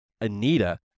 Anita